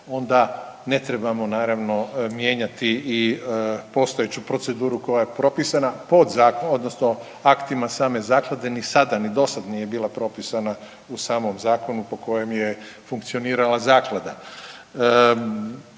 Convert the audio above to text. onda ne trebamo naravno mijenjati i postojeću proceduru koja je propisana pod odnosno aktima same zaklade. Ni sada, ni dosad nije bila propisana u samom zakonu po kojem je funkcionirala zaklada.